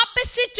opposite